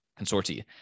Consorti